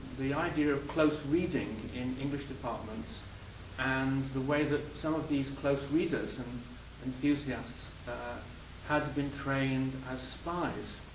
the idea of close reading in english departments and the way that some of these close readers and enthusiasts had been trained as spies.